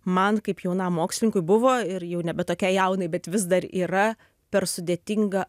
man kaip jaunam mokslininkui buvo ir jau nebe tokiai jaunai bet vis dar yra per sudėtinga